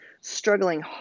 struggling